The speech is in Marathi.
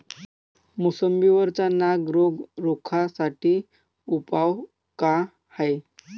मोसंबी वरचा नाग रोग रोखा साठी उपाव का हाये?